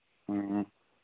ꯎꯝ